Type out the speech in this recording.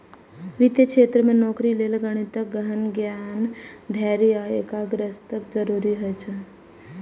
वित्तीय क्षेत्र मे नौकरी लेल गणितक गहन ज्ञान, धैर्य आ एकाग्रताक जरूरत होइ छै